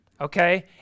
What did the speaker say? Okay